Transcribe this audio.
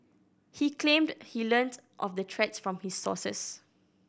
he claimed he learnt of the threats from his sources